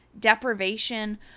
deprivation